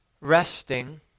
resting